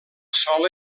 sola